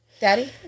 Daddy